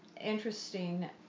interesting